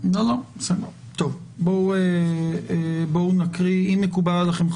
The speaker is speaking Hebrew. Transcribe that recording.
אם מקובל עליכם,